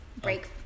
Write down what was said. Break